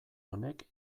honek